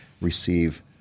receive